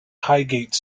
highgate